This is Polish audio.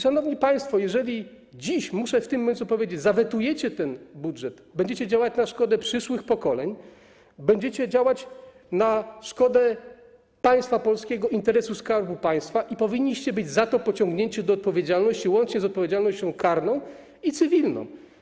Szanowni państwo, muszę dziś w tym momencie powiedzieć: jeżeli zawetujecie ten budżet, będziecie działać na szkodę przyszłych pokoleń, będziecie działać na szkodę państwa polskiego, interesu Skarbu Państwa i powinniście być za to pociągnięci do odpowiedzialności, łącznie z odpowiedzialnością karną i cywilną.